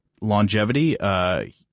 longevity